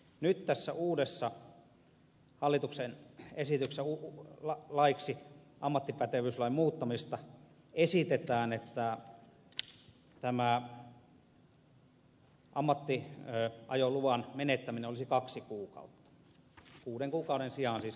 nyt tässä uudessa hallituksen esityksessä laiksi ammattipätevyyslain muuttamisesta esitetään että ammattiajoluvan menettäminen olisi kaksi kuukautta kuuden kuukauden sijaan siis kaksi kuukautta